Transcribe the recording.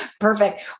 Perfect